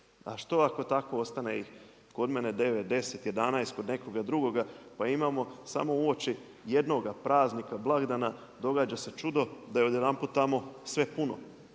a što ako tako ostane ih kod mene 9, 10, 11, kod nekoga drugoga, pa imamo samo uoči jednoga praznika blagdana događa se čudo da je odjedanput tamo sve puno